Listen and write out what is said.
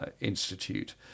Institute